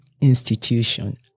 institution